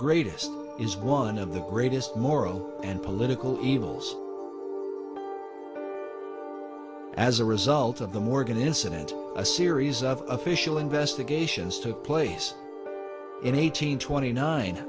greatest is one of the greatest moral and political evils as a result of the morgan incident a series of official investigations took place in eight hundred twenty nine